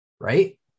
right